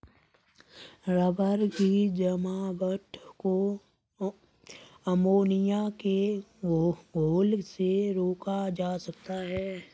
rubber की जमावट को अमोनिया के घोल से रोका जा सकता है